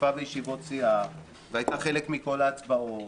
והשתתפה בישיבות סיעה והייתה חלק מכל ההצבעות